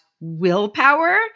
willpower